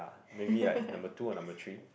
maybe like number two or number three